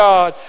God